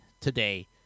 today